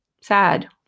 sad